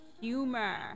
humor